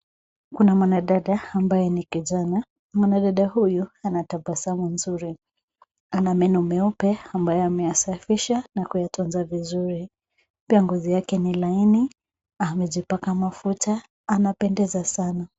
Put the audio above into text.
Kuna mwanadada ambaye ni kijana. Mwanadada huyu anatabasamu nzuri, ana meno meupe ambayo ameyasafisha na kuyatunza vizuri. Pia ngozi yake ni laini, amejipaka mafuta, anapendeza sana.